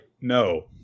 no